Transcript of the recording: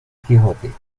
quijote